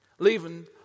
leaving